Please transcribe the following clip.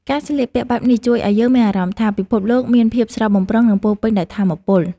ការស្លៀកពាក់បែបនេះជួយឱ្យយើងមានអារម្មណ៍ថា ពិភពលោកមានភាពស្រស់បំព្រងនិងពោពេញដោយថាមពល។